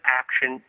action